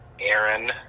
Aaron